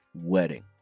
wedding